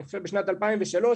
אני חושב בשנת 2033,